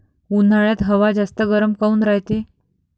उन्हाळ्यात हवा जास्त गरम काऊन रायते?